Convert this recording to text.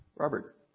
Robert